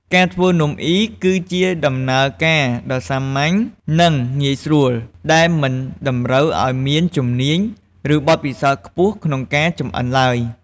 ការធ្វើនំអុីគឺជាដំណើរការដ៏សាមញ្ញ និងងាយស្រួល ដែលមិនតម្រូវឱ្យមានជំនាញ ឬបទពិសោធន៍ខ្ពស់ក្នុងការចម្អិនឡើយ។